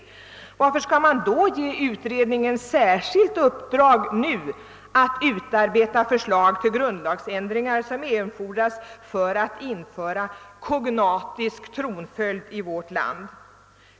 Varför skall man då nu ge utredningen särskilt uppdrag att utarbeta förslag till grundlagsändringar som erfordras för att införa kognatisk tronföljd i vårt land?